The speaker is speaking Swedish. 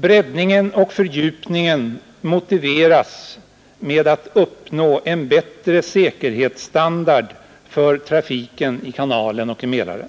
Breddningen och fördjupningen motiveras med att en bättre säkerhetsstandard för trafiken på kanalen och i Mälaren